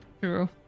true